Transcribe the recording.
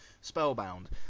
Spellbound